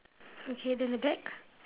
okay then the back